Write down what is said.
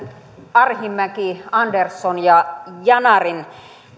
arhinmäki andersson ja ja yanar